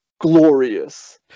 glorious